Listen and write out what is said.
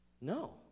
No